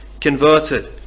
converted